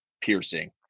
piercing